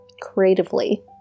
creatively